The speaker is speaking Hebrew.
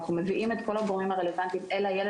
אנחנו מביאים את כל הגורמים הרלוונטיים אל הילד